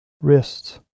wrists